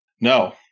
No